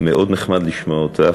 מאוד נחמד לשמוע אותך,